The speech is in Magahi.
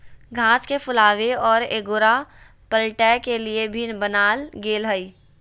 घास के फुलावे और एगोरा पलटय के लिए भी बनाल गेल हइ